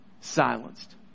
silenced